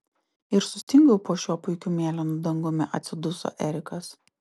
ir sustingau po šiuo puikiu mėlynu dangumi atsiduso erikas